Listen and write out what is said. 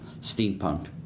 steampunk